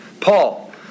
Paul